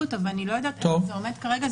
אותו ואני לא יודעת איפה זה עומד כרגע,